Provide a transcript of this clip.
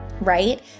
right